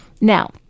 Now